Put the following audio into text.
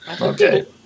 okay